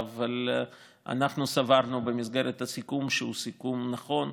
אבל אנחנו סברנו שבמסגרת הסיכום זהו סיכום נכון,